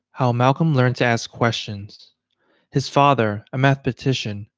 how malcolm learn to ask questions his father, a mathematician,